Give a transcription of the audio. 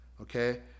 okay